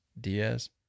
Diaz